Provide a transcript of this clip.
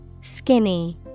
Skinny